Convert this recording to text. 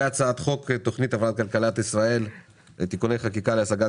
והצעת חוק התכנית להבראת כלכלת ישראל (תיקוני חקיקה להשגת